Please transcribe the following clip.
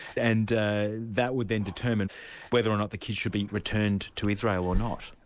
and that would then determine whether or not the kid should be returned to israel or not.